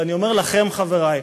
ואני אומר לכם, חברי,